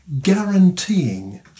guaranteeing